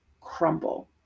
crumble